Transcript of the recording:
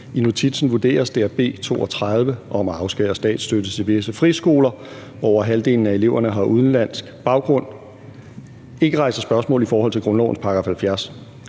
I notitsen vurderes det, at B 32 om at afskære statsstøtte til visse friskoler, hvor over halvdelen af eleverne har udenlandsk baggrund, ikke rejser spørgsmål i forhold til grundlovens § 70.